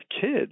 kids